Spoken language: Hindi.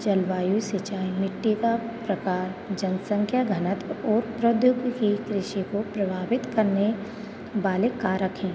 जलवायु सिंचाई मिट्टी का प्रकार जनसंख्या घनत्व और प्रौद्योगिकी कृषि को प्रभावित करने वाले कारक हैं